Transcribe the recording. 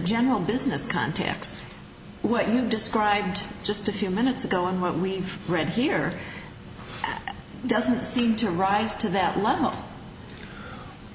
general business context what you described just a few minutes ago and what we've read here doesn't seem to rise to that level